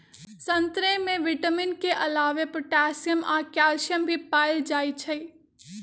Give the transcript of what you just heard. संतरे में विटामिन के अलावे पोटासियम आ कैल्सियम भी पाएल जाई छई